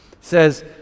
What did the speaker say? says